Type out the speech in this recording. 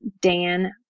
Dan